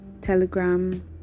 Telegram